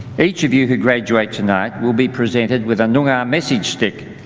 each of you who graduate tonight will be presented with a noongar message stick,